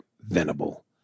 Venable